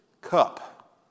cup